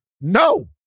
No